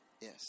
Yes